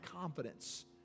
confidence